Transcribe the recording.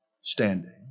standing